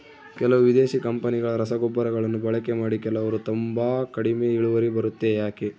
ಕೆಲವು ವಿದೇಶಿ ಕಂಪನಿಗಳ ರಸಗೊಬ್ಬರಗಳನ್ನು ಬಳಕೆ ಮಾಡಿ ಕೆಲವರು ತುಂಬಾ ಕಡಿಮೆ ಇಳುವರಿ ಬರುತ್ತೆ ಯಾಕೆ?